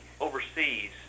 overseas